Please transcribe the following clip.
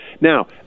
Now